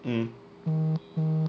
mm